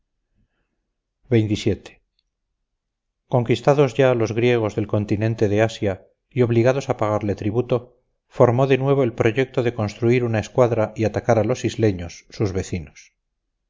engrandecerse conquistados ya los griegos del continente del asia y obligados a pagarle tributo formó de nuevo el proyecto de construir una escuadra y atacar a los isleños sus vecinos